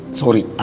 sorry